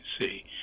see